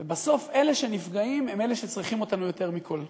ובסוף נפגעים אלה שצריכים אותנו יותר מכול.